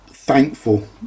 thankful